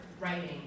writing